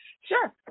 Sure